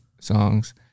songs